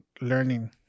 learning